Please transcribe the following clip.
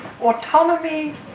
Autonomy